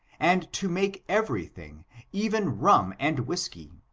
and to make every thing, even rum and whisky.